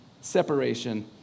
separation